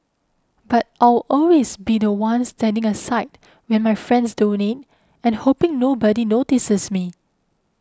but I'll always be the one standing aside when my friends donate and hoping nobody notices me